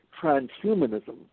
transhumanism